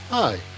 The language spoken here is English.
Hi